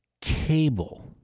cable